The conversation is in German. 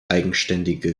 eigenständige